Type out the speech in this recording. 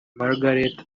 margaret